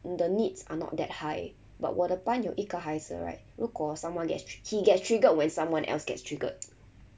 the needs are not that high but 我的班有一个孩子 right 如果 someone tri~ he gets triggered when someone else gets triggered